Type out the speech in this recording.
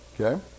okay